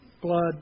Blood